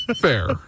Fair